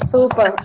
Super